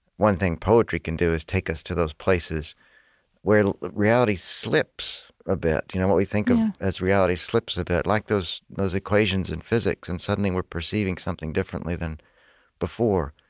one thing poetry can do is take us to those places where reality slips a bit you know what we think of as reality slips a bit, like those those equations in physics, and suddenly we're perceiving something differently than before.